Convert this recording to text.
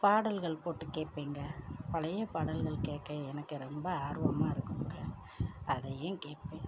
பாடல்கள் போட்டு கேட்பேங்க பழைய பாடல்கள் கேட்க எனக்கு ரொம்ப ஆர்வமாக இருக்குங்க அதையும் கேட்பேன்